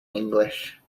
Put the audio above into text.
english